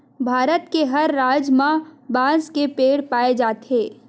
भारत के हर राज म बांस के पेड़ पाए जाथे